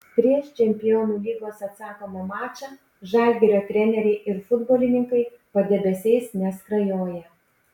prieš čempionų lygos atsakomą mačą žalgirio treneriai ir futbolininkai padebesiais neskrajoja